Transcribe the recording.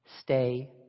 stay